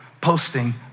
posting